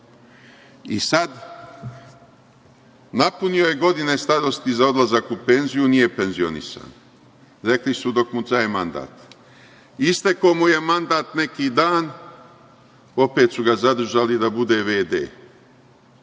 napred? Napunio je godine starosti za odlazak u penziju, nije penzionisan. Rekli su – dok mu traje mandat. Istekao mu je mandat neki dan, opet su ga zadržali da bude